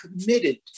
committed